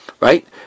right